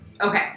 Okay